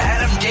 Adam